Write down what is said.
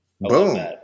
Boom